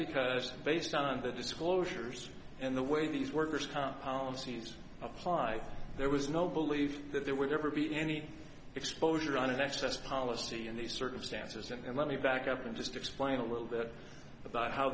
because based on the disclosures and the way these workers comp policies apply there was no believe that there would ever be any exposure on an access policy in these circumstances and let me back up and just explain a little bit about how